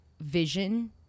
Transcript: vision